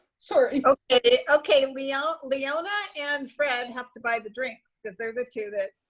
sorry. okay, okay, leona leona and fred have to buy the drinks because they're the two that